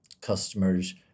customers